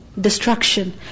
Destruction